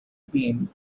been